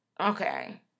Okay